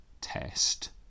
test